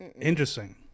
Interesting